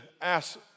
ask